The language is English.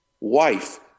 wife